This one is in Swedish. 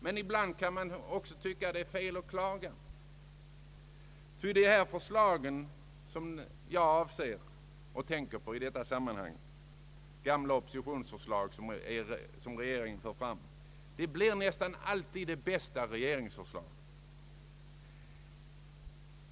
Men ibland kan man tycka att det är fel att klaga, ty de förslag som jag avser i detta sammanhang — gamla oppositionsförslag som regeringen för fram — blir nästan alltid de bästa regeringsförslagen.